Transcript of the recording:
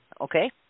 Okay